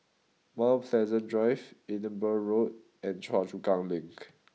Mount Pleasant Drive Edinburgh Road and Choa Chu Kang Link